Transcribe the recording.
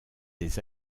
des